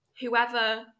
whoever